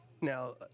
Now